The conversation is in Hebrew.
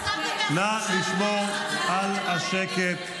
חזרתם מהחופשה, נא לשמור על השקט.